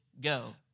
go